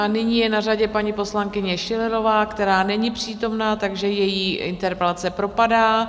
Nyní je na řadě paní poslankyně Schillerová, která není přítomna, takže její interpelace propadá.